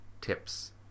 tips